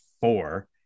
four